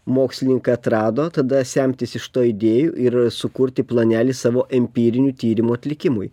mokslininkai atrado tada semtis iš to idėjų ir sukurti planelį savo empirinių tyrimų atlikimui